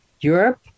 Europe